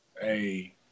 Hey